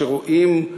שרואים,